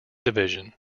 division